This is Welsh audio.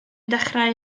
dechrau